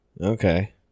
Okay